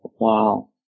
Wow